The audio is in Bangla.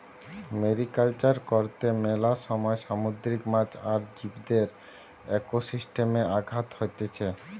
মেরিকালচার কর্তে মেলা সময় সামুদ্রিক মাছ আর জীবদের একোসিস্টেমে আঘাত হতিছে